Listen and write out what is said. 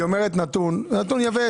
היא אומרת נתון, נתון יבש.